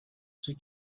ceux